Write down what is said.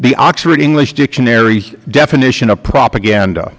the oxford english dictionary definition a propaganda